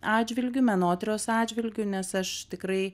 atžvilgiu menotyros atžvilgiu nes aš tikrai